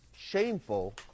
Shameful